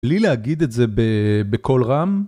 בלי להגיד את זה בקול רם